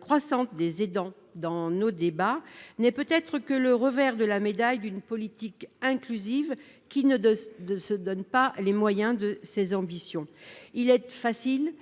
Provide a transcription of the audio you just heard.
croissante des aidants dans nos débats n'est peut-être que le revers de la médaille d'une politique inclusive qui ne se donne pas les moyens de ses ambitions. Il est facile